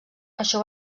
això